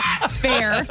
Fair